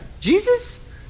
Jesus